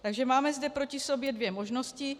Takže máme zde proti sobě dvě možnosti.